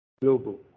global